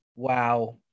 Wow